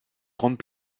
grandes